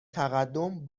تقدم